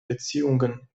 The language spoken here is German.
beziehungen